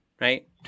right